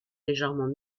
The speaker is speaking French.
légèrement